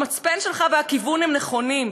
המצפן שלך והכיוון הם נכונים,